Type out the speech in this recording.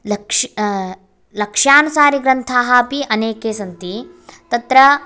लक्ष्य लक्ष्यानुसारिग्रन्थाः अपि अनेके सन्ति तत्र